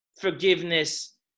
forgiveness